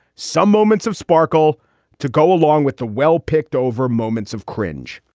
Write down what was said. some moments of sparkle to go along with the well picked over moments of cringe